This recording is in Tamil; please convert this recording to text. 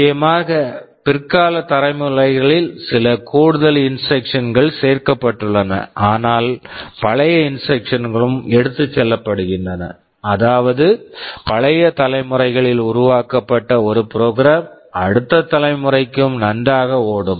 நிச்சயமாக பிற்கால தலைமுறைகளில் சில கூடுதல் இன்ஸ்ட்ரக்க்ஷன் instructions கள் சேர்க்கப்பட்டுள்ளன ஆனால் பழைய இன்ஸ்ட்ரக்க்ஷன் instructions களும் எடுத்துச் செல்லப்படுகின்றன அதாவது பழைய தலைமுறைகளில் உருவாக்கப்பட்ட ஒரு ப்ரோக்ராம் program அடுத்த தலைமுறைக்கும் நன்றாக ஓடும்